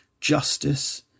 justice